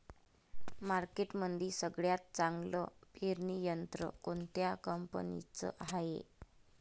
मार्केटमंदी सगळ्यात चांगलं पेरणी यंत्र कोनत्या कंपनीचं हाये?